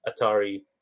Atari